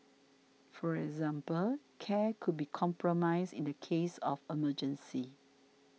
for example care could be compromised in the case of emergencies